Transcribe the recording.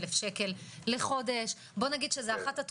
לכן הכללית רוצה להוריד את העלות.